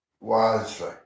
wisely